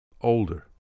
Older